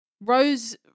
Rose